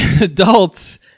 Adults